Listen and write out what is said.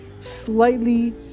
slightly